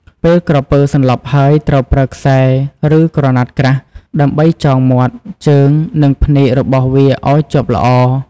ពេលក្រពើសន្លប់ហើយ ត្រូវប្រើ ខ្សែ ឬ ក្រណាត់ក្រាស់ ដើម្បីចងមាត់ ជើង និងភ្នែករបស់វាឲ្យជាប់ល្អ។